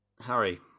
Harry